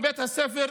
בבית הספר,